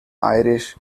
irish